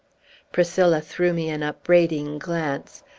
priscilla threw me an upbraiding glance.